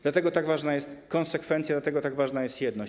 Dlatego tak ważna jest konsekwencja, dlatego tak ważna jest jedność.